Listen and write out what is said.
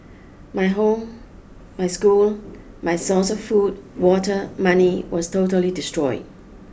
my home my school my source of food water money was totally destroyed